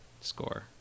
score